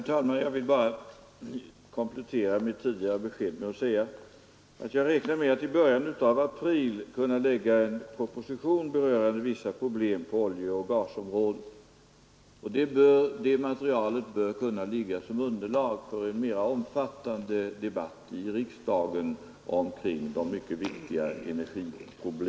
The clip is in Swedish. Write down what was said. Herr talman! Jag vill bara komplettera mitt tidigare besked med att säga att jag räknar med att i början av april kunna lägga en proposition rörande vissa problem på oljeoch gasområdet. Det materialet bör kunna ligga som underlag för en mera omfattande debatt i riksdagen omkring de mycket viktiga energiproblemen.